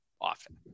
often